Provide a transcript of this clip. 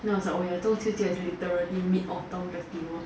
then I was like oh ya 中秋节 is literally mid autumn festival